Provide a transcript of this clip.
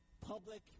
public